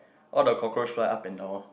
all the cockroach fly up and down